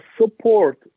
support